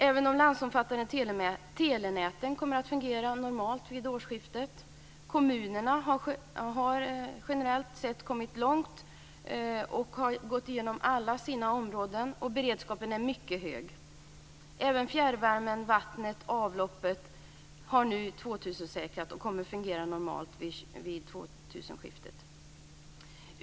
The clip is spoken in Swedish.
Även de landsomfattande telenäten kommer att fungera normalt vid årsskiftet. Kommunerna har generellt sett kommit långt och har gått igenom alla sina områden. Beredskapen är mycket hög. Även fjärrvärme, vatten och avlopp har nu 2000-säkrats och kommer att fungera normalt vid 2000-årsskiftet.